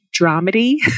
dramedy